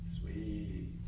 Sweet